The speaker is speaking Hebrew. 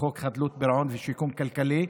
בחוק חדלות פירעון ושיקום כלכלי.